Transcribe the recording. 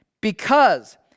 Because